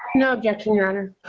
no objection your honor.